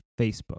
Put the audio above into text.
Facebook